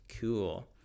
Cool